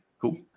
cool